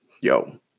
yo